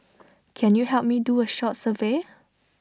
can you help me do A short survey